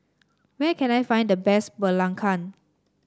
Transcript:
where can I find the best Belacan